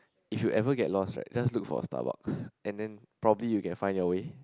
if you ever get lost right just look for Starbucks and then probably you can find your way